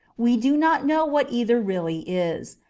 we do not know what either really is,